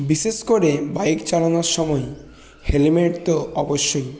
বিশেষ করে বাইক চালানোর সময়েই হেলমেট তো অবশ্যই